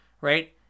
right